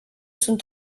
sunt